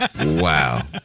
Wow